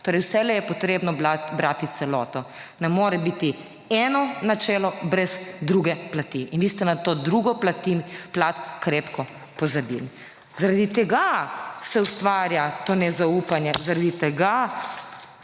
torej vselej je potrebno brati celoto, ne more biti eno načelo brez druge plati in vi ste nad to drugo plat krepko pozabili, zaradi tega se ustvarja to nezaupanje, zaradi tega